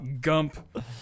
gump